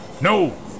No